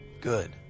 Good